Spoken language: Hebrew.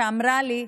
שאמרה לי: